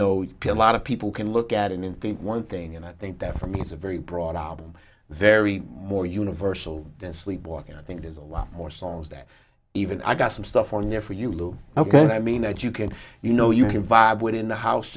know lot of people can look at him and think one thing and i think that for me it's a very broad album very more universal than sleepwalking i think there's a lot more songs that even i've got some stuff on there for you look ok i mean that you can you know you can vibe with in the house